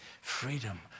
freedom